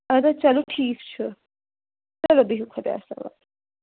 اَدٕ حظ چَلو ٹھیٖک چھُ چَلو بِہِو خۄدایَس حوال